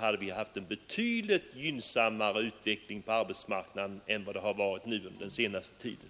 hade vi haft en betydligt gynnsammare utveckling på arbetsmarknaden än den som pågått den senaste tiden.